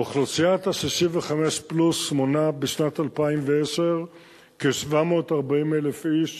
אוכלוסיית ה-65 פלוס מנתה בשנת 2010 כ-740,000 איש,